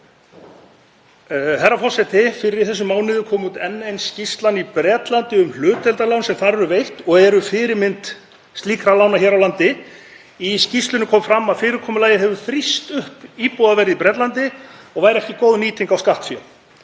Herra forseti. Fyrr í þessum mánuði kom út enn ein skýrslan í Bretlandi um hlutdeildarlán sem þar eru veitt og eru fyrirmynd slíkra lána hér á landi. Í skýrslunni kom fram að fyrirkomulagið hefði þrýst upp íbúðaverði í Bretlandi og væri ekki góð nýting á skattfé.